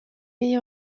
met